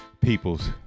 people's